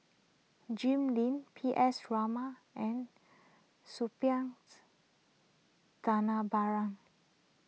Jim Lim P S Raman and Suppiahs Dhanabalan